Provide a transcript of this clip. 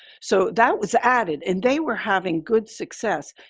so that was added, and they were having good success.